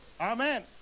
Amen